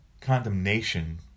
condemnation